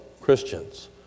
Christians